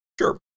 Sure